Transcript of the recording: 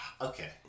Okay